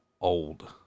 old